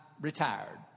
retired